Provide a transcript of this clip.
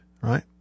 Right